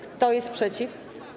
Kto jest przeciw?